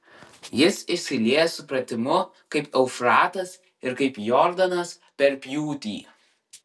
jis išsilieja supratimu kaip eufratas ir kaip jordanas per pjūtį